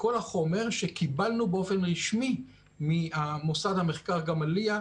כל החומר שקיבלנו באופן רשמי ממוסד המחקר גאמליה,